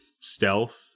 stealth